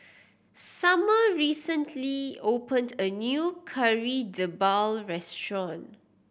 somer recently opened a new Kari Debal restaurant